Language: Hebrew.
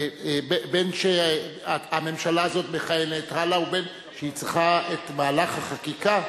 בין שהממשלה הזאת מכהנת הלאה ובין שהיא צריכה את מהלך החקיקה,